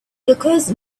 because